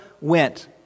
went